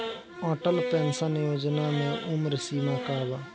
Atal pension Yojana मे उम्र सीमा का बा?